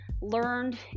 learned